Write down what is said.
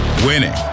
Winning